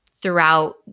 throughout